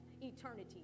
eternity